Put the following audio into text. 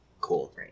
Cool